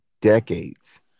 decades